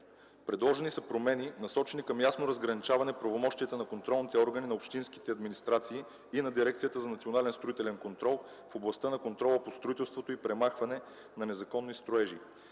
Предложени са промени, насочени към ясно разграничаване правомощията на контролните органи на общинските администрации и на Дирекцията за национален строителен контрол в областта на контрола по строителството и премахване на незаконни строежи.